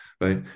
right